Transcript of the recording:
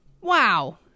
Wow